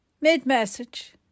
mid-message